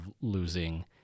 losing